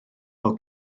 fel